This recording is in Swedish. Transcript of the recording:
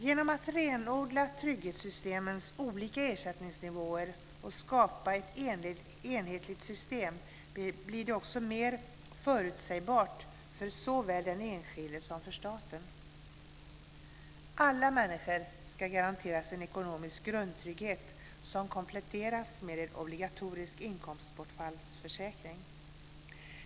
Genom att renodla trygghetssystemets olika ersättningsnivåer och skapa ett enhetligt system bli det också mer förutsägbart för såväl den enskilde som för staten. Alla människor ska garanteras en ekonomisk grundtrygghet som kompletteras med en obligatorisk inkomstbortfallsförsäkring.